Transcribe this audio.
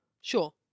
Sure